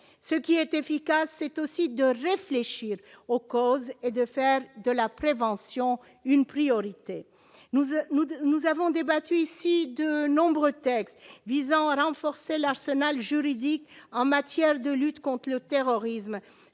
ce qui est efficace, c'est aussi de réfléchir aux causes et de faire de la prévention, une priorité, nous, nous nous avons débattu ici de nombreux textes visant à renforcer l'arsenal juridique en matière de lutte contre le terrorisme,